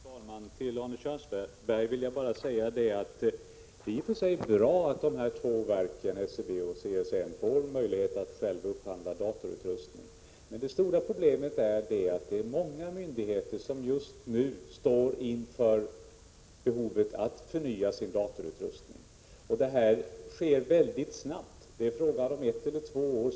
Fru talman! Till Arne Kjörnsberg vill jag bara säga att det i och för sig är bra att de här två verken, SCB och CSN, får en möjlighet att själva upphandla datorutrustning. Men det stora problemet är att det är många myndigheter som just nu står inför behovet att förnya sin datorutrustning, och det kommer att ske mycket snabbt. Det är fråga om ett eller två år.